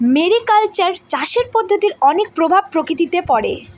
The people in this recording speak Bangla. মেরিকালচার চাষের পদ্ধতির অনেক প্রভাব প্রকৃতিতে পড়ে